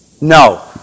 No